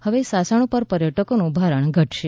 હવે સાસણ ઉપર પર્યટકોનું ભારણ ઘટશે